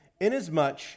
Inasmuch